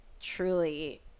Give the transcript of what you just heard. truly